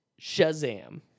Shazam